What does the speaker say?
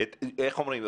איך אומרים?